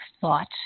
thought